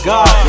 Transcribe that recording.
God